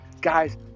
guys